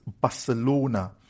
Barcelona